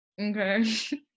Okay